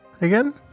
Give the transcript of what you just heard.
again